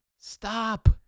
Stop